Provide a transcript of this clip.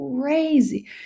crazy